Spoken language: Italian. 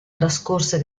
trascorse